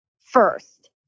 first